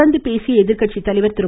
தொடர்ந்து பேசிய எதிர்க்கட்சி தலைவர் திரு